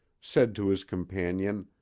said to his companion,